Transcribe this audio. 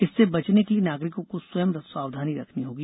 इससे बचने के लिए नागरिकों को स्वयं सावधानी रखनी होगी